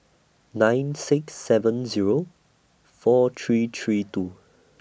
nine six seven Zero four three three two